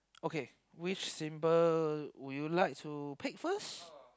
okay which symbol would you like to pick first